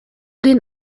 den